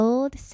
Old